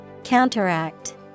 Counteract